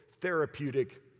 therapeutic